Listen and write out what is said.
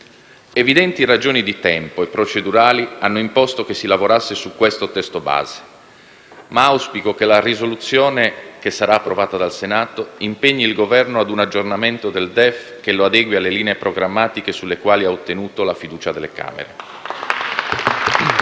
Evidenti ragioni di tempo e procedurali hanno imposto che si lavorasse su questo testo base, ma auspico che la risoluzione che sarà approvata dal Senato impegni il Governo ad un aggiornamento del DEF che lo adegui alle linee programmatiche sulle quali ha ottenuto la fiducia delle Camere.